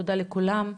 תודה לכולם.